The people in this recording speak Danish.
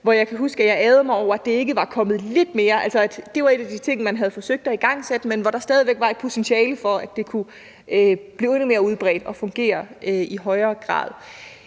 jeg ærgrede mig over, at det var en af en ting, som man havde forsøgt at igangsætte, men hvor der stadig væk var et potentiale for, at det kunne blive endnu mere udbredt og fungere i højere grad.